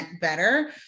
better